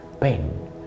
pain